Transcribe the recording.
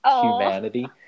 humanity